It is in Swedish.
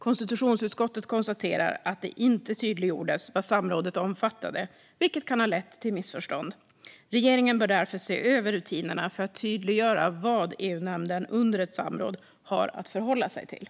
KU konstaterar att det inte tydliggjordes vad samrådet omfattade, vilket kan ha lett till missförstånd. Regeringen bör därför se över rutinerna för att tydliggöra vad EU-nämnden under ett samråd har att förhålla sig till.